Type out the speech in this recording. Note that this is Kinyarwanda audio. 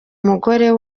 mugore